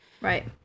Right